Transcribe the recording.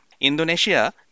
Indonesia